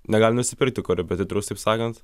negali nusipirkti korepetitoriaus taip sakant